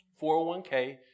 401k